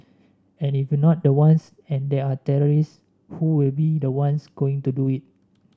and if we not the ones and there are terrorists who will be the ones going to do it